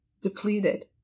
depleted